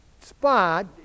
spot